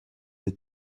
des